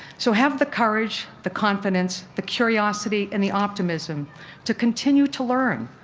so have the courage, the confidence, the curiosity, and the optimism to continue to learn,